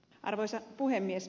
arvoisa puhemies